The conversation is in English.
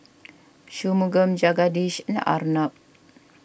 Shunmugam Jagadish and Arnab